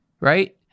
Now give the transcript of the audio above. right